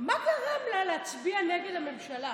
מה גרם לה להצביע נגד הממשלה.